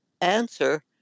answer